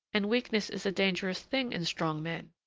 and weakness is a dangerous thing in strong men.